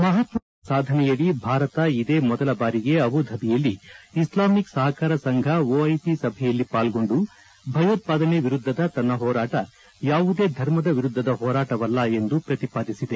ಮಹತ್ತದ ರಾಜತಾಂತ್ರಿಕ ಸಾಧನೆಯಡಿ ಭಾರತ ಇದೇ ಮೊದಲ ಬಾರಿಗೆ ಅಬುಧಾಬಿಯಲ್ಲಿ ಇಸ್ಲಾಮಿಕ್ ಸಹಕಾರ ಸಂಘ ಓಐಸಿ ಸಭೆಯಲ್ಲಿ ಪಾಲ್ಗೊಂಡು ಭಯೋತ್ವಾದನೆ ವಿರುದ್ದದ ತನ್ನ ಹೋರಾಟ ಯಾವುದೇ ಧರ್ಮದ ವಿರುದ್ದದ ಹೋರಾಟವಲ್ಲ ಎಂದು ಪ್ರತಿಪಾದಿಸಿದೆ